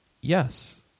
Yes